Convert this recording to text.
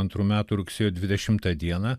antrų metų rugsėjo dvidešimtą dieną